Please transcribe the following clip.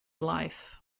life